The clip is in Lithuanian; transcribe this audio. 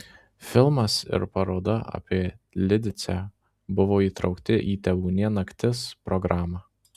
filmas ir paroda apie lidicę buvo įtraukti į tebūnie naktis programą